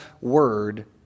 word